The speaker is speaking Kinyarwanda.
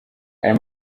aya